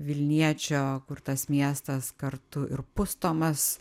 vilniečio kur tas miestas kartu ir pustomas